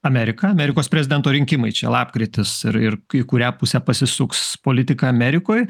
amerika amerikos prezidento rinkimai čia lapkritis ir ir į kurią pusę pasisuks politika amerikoj